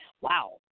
Wow